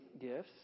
gifts